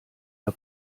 der